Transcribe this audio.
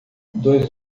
dois